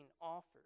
offered